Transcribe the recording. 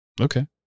Okay